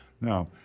Now